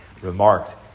remarked